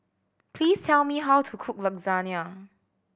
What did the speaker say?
please tell me how to cook Lasagna